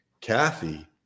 kathy